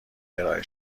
ارائه